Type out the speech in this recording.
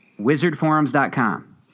Wizardforums.com